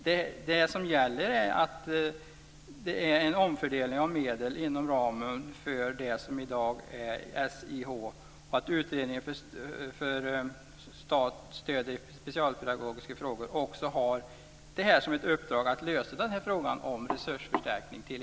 Vad som gäller är att det är en omfördelning av medel inom ramen för det som i dag är SIH och att utredningen Statens stöd i specialpedagogiska frågor också har ett uppdrag att lösa frågan om resursförstärkning till